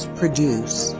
produce